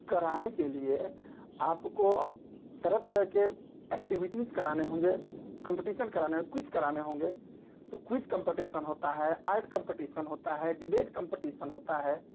कराने के लिए आपको तरह तरह के एक्टिविटीज़ कराने होंगे कंपटीशन कराने होंगे क्विज कराने होंगे तो क्विज कंपटीशन होता है आर्ट कंपटीशन होता है डिबेट कंपटीशन होता है